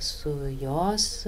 su jos